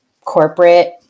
corporate